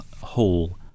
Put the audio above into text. whole